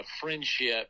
friendship